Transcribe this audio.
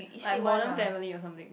like modern family or something